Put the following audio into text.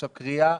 עכשיו קריאה